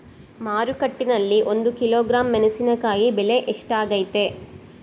ಮಾರುಕಟ್ಟೆನಲ್ಲಿ ಒಂದು ಕಿಲೋಗ್ರಾಂ ಮೆಣಸಿನಕಾಯಿ ಬೆಲೆ ಎಷ್ಟಾಗೈತೆ?